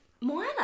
Moana